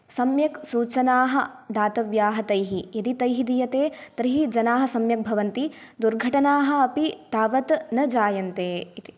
सम्यक् सूचनाः दातव्याः तैः यदि तैः दीयते तर्हि जनाः सम्यक् भवन्ति दुर्घटनाः अपि तावत् न जायन्ते इति